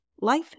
life